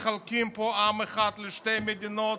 מחלקים פה עם אחד לשתי מדינות,